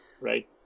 right